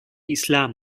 islam